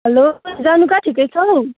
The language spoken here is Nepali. हेलो जानुका ठिकै छौ